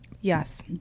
Yes